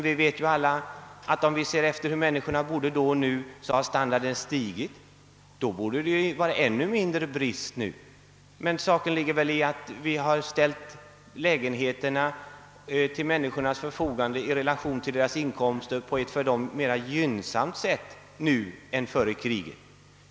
Vi vet alla, att om vi jämför hur folk hade det då och nu, finner vi att bostadsstandarden har stigit. Det borde därför råda en ännu mindre bostadsbrist än då. Förklaringen till att bristen i stället ökat är väl den att vi nu har ställt lägenheter till människornas förfogande i relation till deras inkomster på ett för dem mera gynnsamt sätt än före kriget.